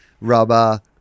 rubber